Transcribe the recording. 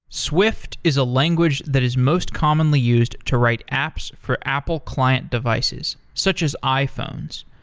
swift is a language that is most commonly used to write apps for apple client devices, such as iphones.